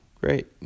great